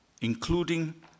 including